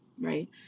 right